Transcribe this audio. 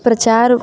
प्रचार